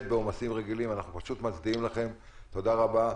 אנחנו פשוט מצדיעים לכם, תודה רבה.